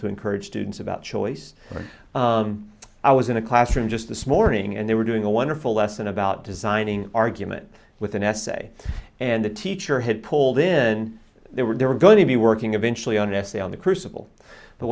to encourage students about choice i was in a classroom just this morning and they were doing a wonderful lesson about designing argument with an essay and the teacher had pulled in they were going to be working eventually on an essay on the crucible